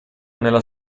nella